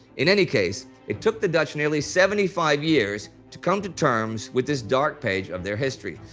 in any case, it took the dutch nearly seventy five years to come to terms with this dark page of their history,